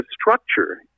structure